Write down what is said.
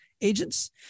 agents